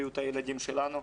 בריאות הילדים שלנו.